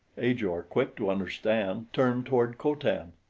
ajor, quick to understand, turned toward co-tan.